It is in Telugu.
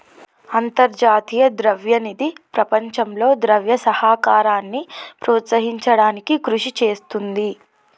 అంతర్జాతీయ ద్రవ్య నిధి ప్రపంచంలో ద్రవ్య సహకారాన్ని ప్రోత్సహించడానికి కృషి చేస్తుంది